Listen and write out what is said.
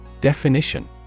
Definition